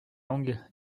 langue